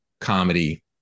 comedy